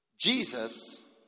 Jesus